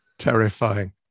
Terrifying